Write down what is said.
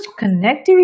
connectivity